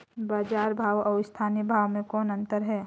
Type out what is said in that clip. बजार भाव अउ स्थानीय भाव म कौन अन्तर हे?